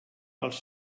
els